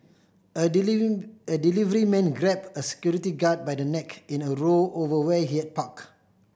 a a delivery man grabbed a security guard by the neck in a row over where he had parked